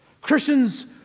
Christians